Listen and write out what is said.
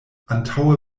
antaŭe